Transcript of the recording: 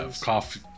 coffee